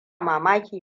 mamaki